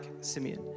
Simeon